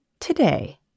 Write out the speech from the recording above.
today